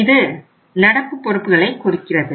இது நடப்பு பொறுப்புகளை குறிக்கிறது